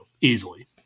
easily